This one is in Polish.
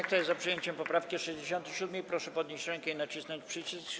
Kto jest za przyjęciem poprawki 67., proszę podnieść rękę i nacisnąć przycisk.